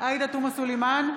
עאידה תומא סלימאן,